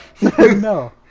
no